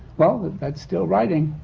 well, that's still writing.